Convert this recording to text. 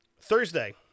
thursday